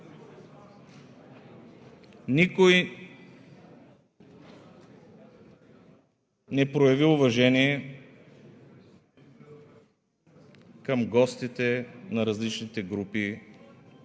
Никой не прояви уважение към гостите на различните групи